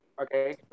Okay